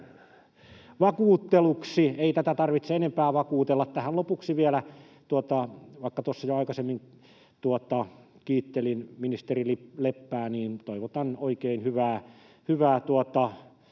vakuutteluksi, ei tätä tarvitse enempää vakuutella. Tähän lopuksi vielä — vaikka tuossa jo aikaisemmin kiittelin ministeri Leppää — toivotan oikein hyvää jatkoa